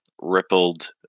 Rippled